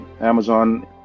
Amazon